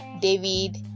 david